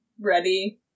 ready